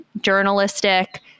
journalistic